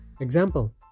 example